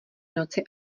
noci